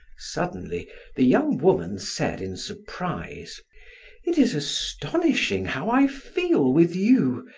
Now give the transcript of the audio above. suddenly the young woman said in surprise it is astonishing how i feel with you.